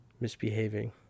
misbehaving